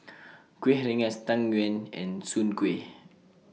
Kuih Rengas Tang Yuen and Soon Kuih